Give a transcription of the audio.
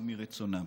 מרצונם.